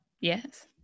Yes